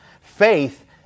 Faith